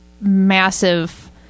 massive